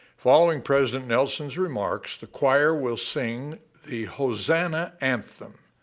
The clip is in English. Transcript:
following president nelson's remarks, the choir will sing the hosanna anthem,